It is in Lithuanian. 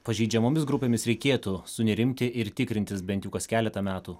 pažeidžiamomis grupėmis reikėtų sunerimti ir tikrintis bent kas keletą metų